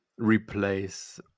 replace